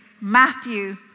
Matthew